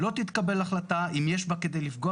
"לא תתקבל החלטה אם יש בה כדי לפגוע